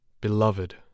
Beloved